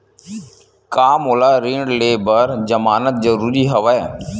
का मोला ऋण ले बर जमानत जरूरी हवय?